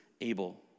Abel